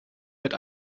mit